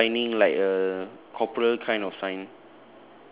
there's a two lining like uh corporal kind of sign